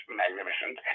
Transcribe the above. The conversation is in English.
magnificent